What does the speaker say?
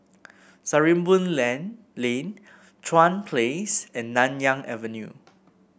Sarimbun Lan Lane Chuan Place and Nanyang Avenue